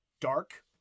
dark